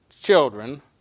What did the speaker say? children